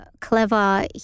clever